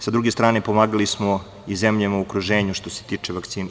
Sa druge strane pomagali smo i zemljama u okruženju što se tiče vakcina.